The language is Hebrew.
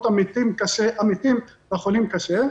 בכמות המתים והחולים קשה,